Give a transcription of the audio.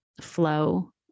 flow